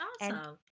awesome